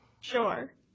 Sure